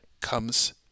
comes